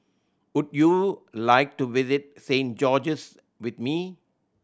would you like to visit Saint George's with me